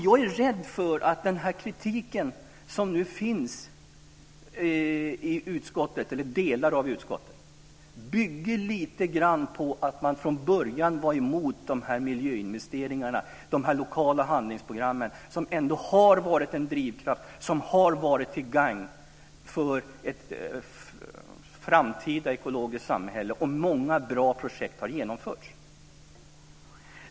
Jag är rädd att den kritik som nu finns i delar av utskottet lite grann bygger på att man från början var emot de här miljöinvesteringarna, de här lokala handlingsprogrammen, som ändå har varit en drivkraft och till gagn för ett framtida ekologiskt samhälle. Många bra projekt har genomförts.